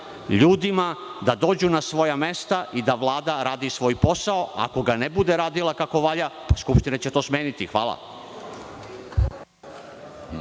ljudima da dođu na svoja mesta i da Vlada radi svoj posao. Ako ga ne bude radila kako valja Skupština će to smeniti. Hvala.